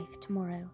tomorrow